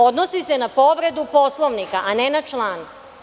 Odnosi se na povredu Poslovnika, a ne na član.